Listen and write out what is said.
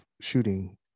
shooting